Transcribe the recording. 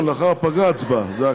אני.